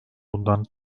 bundan